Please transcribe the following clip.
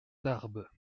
tarbes